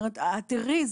אומרת: "תראי,